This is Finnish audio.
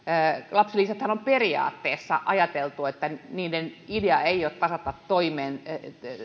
lapsilisäthän on periaatteessa ajateltu niin että niiden idea ei ole tasata